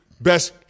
best